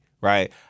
right